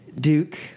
Duke